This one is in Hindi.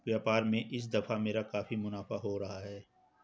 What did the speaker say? व्यापार में इस दफा मेरा काफी मुनाफा हो रहा है